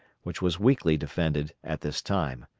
which was weakly defended at this time.